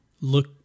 look